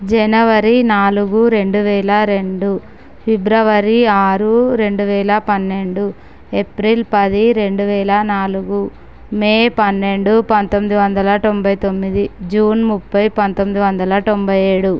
జనవరి నాలుగు రెండువేల రెండు ఫిబ్రవరి ఆరు రెండువేల పన్నెండు ఏప్రిల్ పది రెండువేల నాలుగు మే పన్నెండు పంతొమ్మిది వందల తొంభై తొమ్మిది జూన్ ముప్ఫై పంతొమ్మిది వందల తొంభై ఏడు